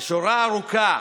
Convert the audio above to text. ושורה ארוכה,